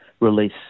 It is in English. release